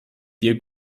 dir